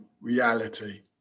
reality